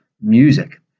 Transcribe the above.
music